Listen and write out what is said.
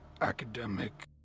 academic